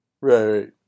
Right